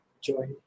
join